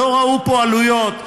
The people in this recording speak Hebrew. לא ראו פה עלויות,